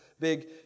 big